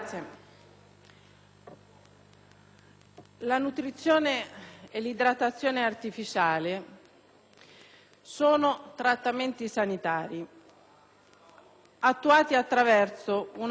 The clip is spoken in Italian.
la nutrizione e l'idratazione artificiale sono trattamenti sanitari attuati attraverso una sonda gastrica